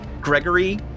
Gregory